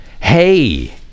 Hey